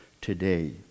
today